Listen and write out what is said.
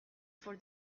for